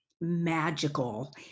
magical